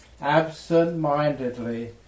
absent-mindedly